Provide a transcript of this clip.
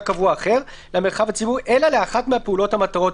קבוע אחר למרחב הציבורי אלא לאחת מהפעולות או המטרות